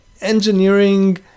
engineering